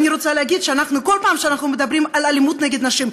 אני רוצה להגיד שכל פעם שאנחנו מדברים על אלימות נגד נשים,